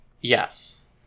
Yes